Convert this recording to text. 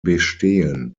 bestehen